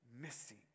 missing